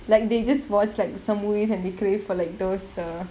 like they just like watch some movies and they create for like those uh